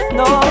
no